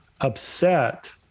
upset